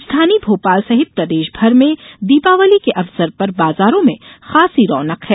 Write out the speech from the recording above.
राजधानी भोपाल सहित प्रदेश भर में दीपावली के अवसर पर बाजारो में खासी रौनक है